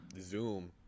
Zoom